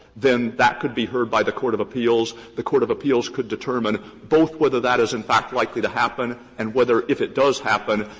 then that could be heard by the court of appeals. the court of appeals could determine both whether that is, in fact, likely to happen and whether, if it does happen,